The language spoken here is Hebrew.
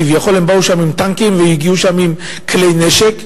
כביכול הם באו לשם עם טנקים והגיעו לשם עם כלי נשק,